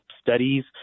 studies